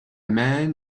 man